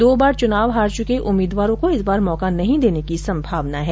दो बार चुनाव हार चुके उम्मीदवारों को इस बार मौका नहीं देने की संभावना है